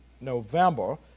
November